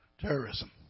Terrorism